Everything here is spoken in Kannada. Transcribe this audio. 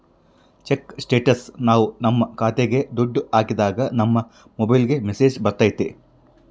ಚೆಕ್ ಸ್ಟೇಟಸ್ನ ನಾವ್ ನಮ್ ಖಾತೆಗೆ ದುಡ್ಡು ಹಾಕಿದಾಗ ನಮ್ ಮೊಬೈಲ್ಗೆ ಮೆಸ್ಸೇಜ್ ಬರ್ತೈತಿ